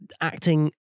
acting